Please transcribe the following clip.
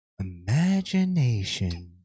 imagination